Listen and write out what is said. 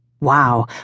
Wow